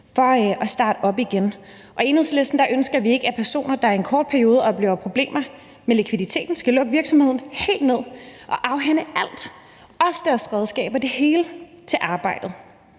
for at starte op igen. I Enhedslisten ønsker vi ikke, at personer, der i en kort periode oplever problemer med likviditeten, skal lukke virksomheden helt ned og afhænde alt, også deres redskaber, det hele, der